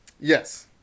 Yes